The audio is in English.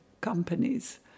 companies